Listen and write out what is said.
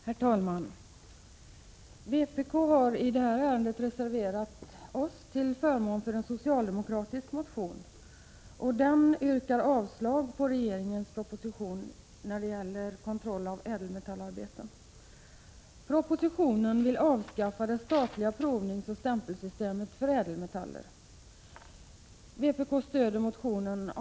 Herr talman! I det här ärendet har vi i vpk reserverat oss till förmån för en socialdemokratisk motion där man yrkar avslag på regeringens proposition om handel med ädelmetallarbeten. I propositionen föreslås att det statliga provningsoch stämpelsystemet för ädelmetaller skall avskaffas.